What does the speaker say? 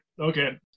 Okay